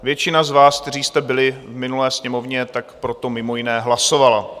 Většina z vás, kteří jste byli v minulé Sněmovně, tak pro to mimo jiné hlasovala.